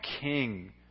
king